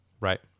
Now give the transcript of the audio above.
Right